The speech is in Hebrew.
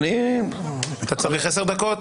בוקר טוב.